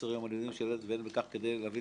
קוצר יום הלימודים של הילד ואין בכך כדי להביא